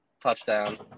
touchdown